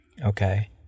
Okay